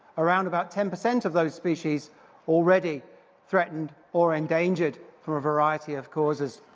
around about ten percent of those species already threatened or endangered from a variety of causes.